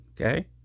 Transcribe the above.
Okay